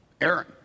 Aaron